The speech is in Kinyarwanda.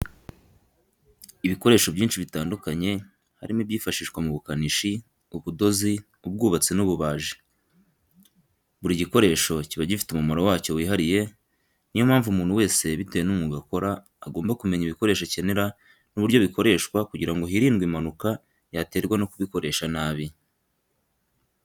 Ibikoresho byinshi bitandukanye harimi ibyifashishwa mu bukanishi, ubudozi, ubwubatsi n'ububaji, buri gikoresho kiba gifite umumaro wacyo wihariye ni yo mpamvu umuntu wese bitewe n'umwuga akora agomba kumenya ibikoresho akenera n'uburyo bikoreshwa kugira ngo hirindwe impanuka yaterwa no kubikoresha nabi.